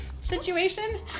situation